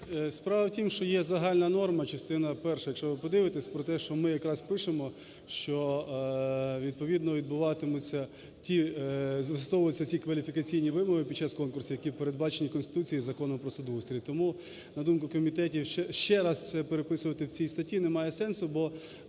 Справа в тім, що є загальна норма частина перша, якщо ви подивитесь, про те, що ми якраз пишемо, що відповідно відбуватимуться, застосовуються ті кваліфікаційні вимоги під час конкурсу, які передбачені Конституцією і Законом про судоустрій. І тому, на думку комітету, ще раз переписувати в цій статті немає сенсу, бо